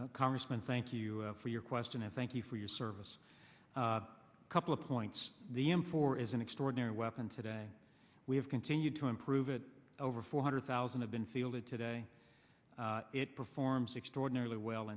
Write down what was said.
congressman thank you for your question and thank you for your service a couple of points the m four is an extraordinary weapon today we have continued to improve it over four hundred thousand have been sealed and today it performs extraordinarily well